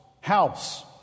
house